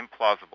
implausible